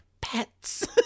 Pets